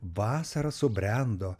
vasara subrendo